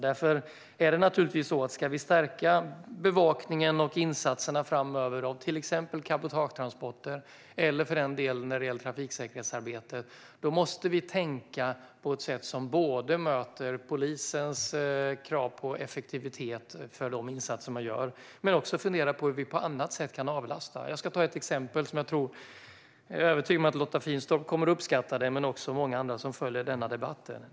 Om vi ska stärka bevakningen av och insatserna för till exempel cabotagetransporter framöver, eller för den delen trafiksäkerhetsarbetet, måste vi tänka på ett sätt som både möter polisens krav på effektivitet i de insatser de gör och hur vi på annat sätt kan avlasta polisen. Jag ska ge ett exempel som jag är övertygad om att Lotta Finstorp kommer att uppskatta och även många andra som följer denna debatt.